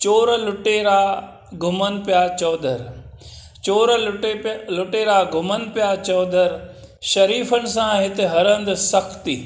चोर लूटेरा घुमनि पिया चौधर चोर लूटेरा घुमनि पिया चौधर शरीफ़नि सां आहे हिते हर हंधु सख़्ती